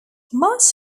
much